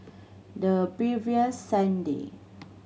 the previous Sunday